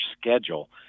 schedule